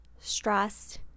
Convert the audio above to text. stressed